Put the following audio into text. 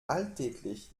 alltäglich